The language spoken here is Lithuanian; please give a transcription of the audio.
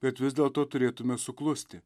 bet vis dėlto turėtume suklusti